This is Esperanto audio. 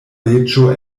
reĝo